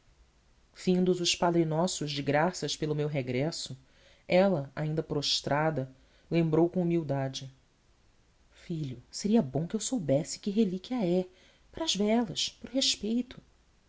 adorabundas findos os padre nossos de graças pelo meu regresso ela ainda prostrada lembrou com humildade filho seria bom que eu soubesse que relíquia é para as velas para o respeito